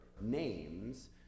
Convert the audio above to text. names